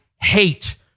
hate